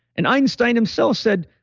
and einstein himself said,